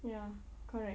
ya correct